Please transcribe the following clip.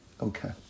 Okay